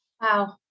Wow